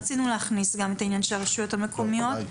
רצינו להכניס גם את הרשויות המקומיות אבל,